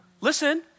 listen